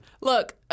Look